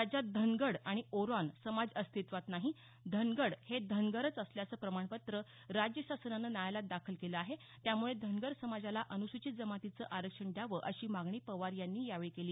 राज्यात धनगड आणि ओरॉन समाज अस्तित्वात नाही धनगड हे धनगरच असल्याचं प्रमाणपत्र राज्यशासनानं न्यायालयात दाखल केलं आहे त्यामुळे धनगर समाजाला अनूसूचित जमातीचं आरक्षण द्यावं अशी मागणी पवार यांनी यावेळी केली